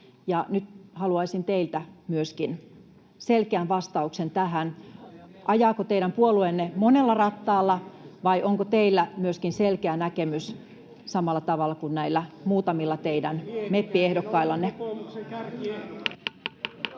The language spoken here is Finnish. nyt haluaisin teiltä myöskin selkeän vastauksen tähän: ajaako teidän puolueenne monella rattaalla, vai onko myöskin teillä selkeä näkemys, samalla tavalla kuin teidän näillä muutamilla meppiehdokkaillanne?